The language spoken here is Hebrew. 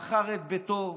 הוא מכר את ביתו.